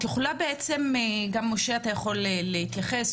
את יכולה להתייחס, גם משה או שריי